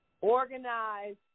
Organize